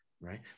right